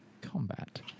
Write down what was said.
combat